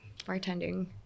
bartending